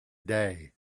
day